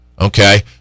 Okay